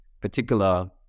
particular